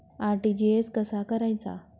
RTGS कसा करायचा?